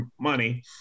money